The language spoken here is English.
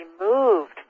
removed